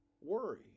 worry